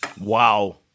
Wow